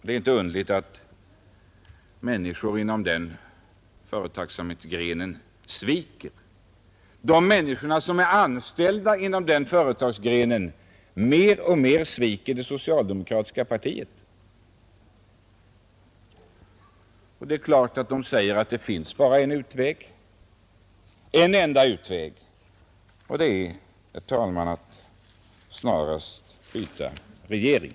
Det är inte underligt att de människor som är anställda inom den grenen av företagsamheten mer och mer sviker det socialdemokratiska partiet. Det är också naturligt att de säger: Det finns en enda utväg, nämligen att snarast byta regering.